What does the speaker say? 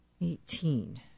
Eighteen